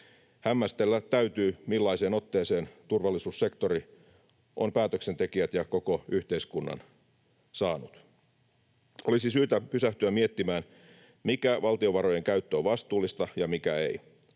Hämmästellä täytyy, millaiseen otteeseen turvallisuussektori on päätöksentekijät ja koko yhteiskunnan saanut. Olisi syytä pysähtyä miettimään, mikä valtiovarojen käyttö on vastuullista ja mikä ei.